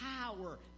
power